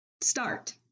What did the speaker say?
start